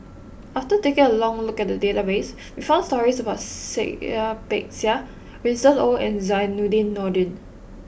after taking a look at the database we found stories about Seah Peck Seah Winston Oh and Zainudin Nordin